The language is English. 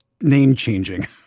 name-changing